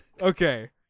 Okay